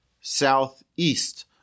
southeast